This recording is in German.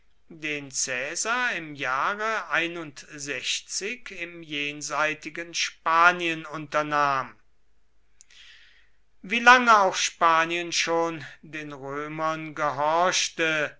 den caesar im jahre im jenseitigen spanien unternahm wielange auch spanien schon den römern gehorchte